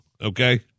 okay